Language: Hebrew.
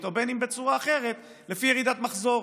או בין אם בצורה אחרת לפי ירידת מחזור.